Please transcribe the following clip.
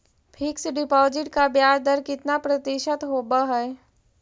Fix deposit का ब्याज दर कितना प्रतिशत होब है?